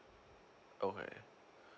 okay